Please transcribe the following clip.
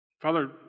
Father